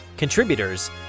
Contributors